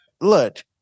look